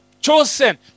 chosen